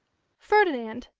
ferdinand!